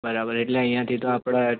બરાબર એટલે અહીંયાથી તો આપણે